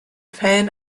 fällen